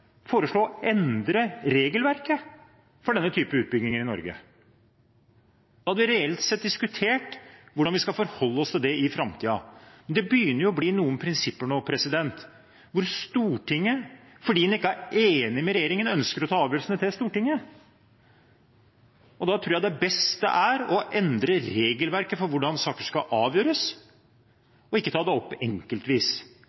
å endre regelverket for denne type utbygginger i Norge. Da hadde vi reelt sett diskutert hvordan vi skal forholde oss til det i framtiden, men det begynner å bli noen prinsipper hvor Stortinget – fordi en ikke er enig med regjeringen – ønsker å ta avgjørelsen til Stortinget. Da tror jeg det beste er å endre regelverket for hvordan saker skal avgjøres, og ikke ta dem opp enkeltvis.